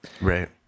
Right